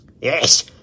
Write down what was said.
Yes